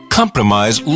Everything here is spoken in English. compromise